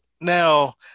Now